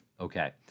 Okay